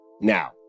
Now